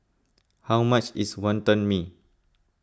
how much is Wonton Mee